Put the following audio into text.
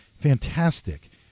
fantastic